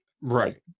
right